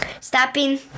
stopping